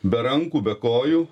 be rankų be kojų